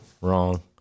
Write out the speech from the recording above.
Wrong